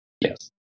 Yes